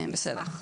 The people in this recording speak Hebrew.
כן.